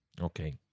Okay